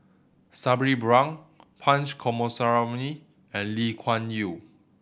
Sabri Buang Punch Coomaraswamy and Lee Kuan Yew